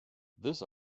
this